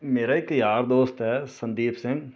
ਮੇਰਾ ਇੱਕ ਯਾਰ ਦੋਸਤ ਹੈ ਸੰਦੀਪ ਸਿੰਘ